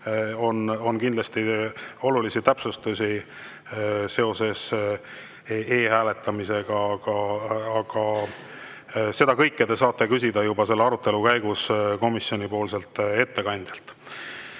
On kindlasti olulisi täpsustusi seoses e‑hääletamisega. Aga seda kõike te saate küsida juba selle arutelu käigus komisjoni ettekandjalt. Erkki